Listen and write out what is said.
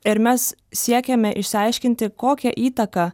ir mes siekėme išsiaiškinti kokią įtaką